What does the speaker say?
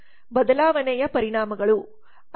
ಬದಲಾವಣೆಯ ಪರಿಣಾಮಗಳು